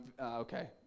okay